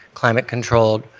climate controlled,